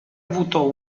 avuto